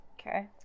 okay